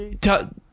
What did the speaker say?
Tell